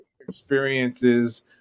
experiences